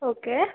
okay